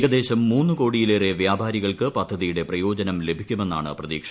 ഏകദേശം മൂന്ന് കോടിയിലേറെ വ്യാപാരികൾക്ക് പദ്ധതിയുടെ പ്രയോജനം ലഭിക്കുമെന്നാണ് പ്രതീക്ഷ